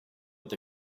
with